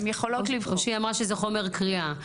היא אמרה שזה חומר קריאה.